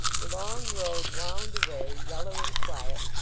the long road wound away, yellow and quiet,